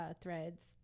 threads